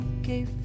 okay